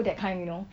that kind you know